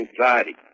anxiety